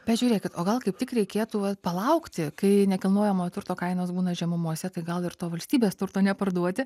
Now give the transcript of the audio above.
pažiūrėkit o gal kaip tik reikėtų va palaukti kai nekilnojamojo turto kainos būna žemumose tai gal ir to valstybės turto neparduoti